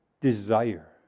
desire